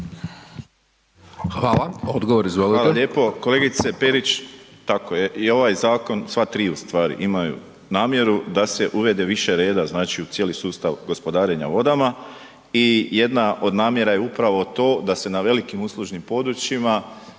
**Borić, Josip (HDZ)** Hvala lijepo. Kolegice Perić tako je i ovaj zakon, sva tri u stvari imaju namjeru da se uvede više reda znači u cijeli sustav gospodarenja vodama i jedna od namjera je upravo to da se na velikim uslužnim područjima